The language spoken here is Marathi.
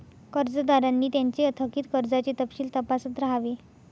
कर्जदारांनी त्यांचे थकित कर्जाचे तपशील तपासत राहावे